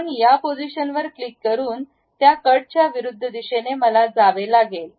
म्हणून या पोझिशन वर क्लिक करून त्या कट च्या विरुद्ध दिशेने मला जावे लागेल